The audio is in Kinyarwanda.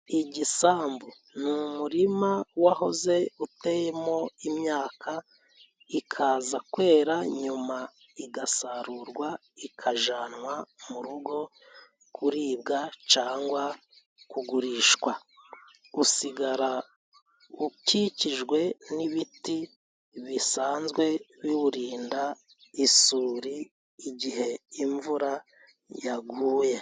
Igisambu ni umurima wahoze uteyemo imyaka ikaza kwera, nyuma igasarurwa ikajanwa mu rugo kuribwa, cangwa kugurishwa, usigara ukikijwe n'ibiti bisanzwe biwurinda isuri igihe imvura yaguye.